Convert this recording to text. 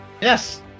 Yes